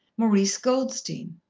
maurice goldstein.